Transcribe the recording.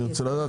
אני רוצה לדעת.